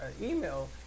email